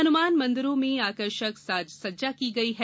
हनुमान मंदिरों में आकर्षक साजसज्जा की गई है